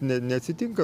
ne neatsitinka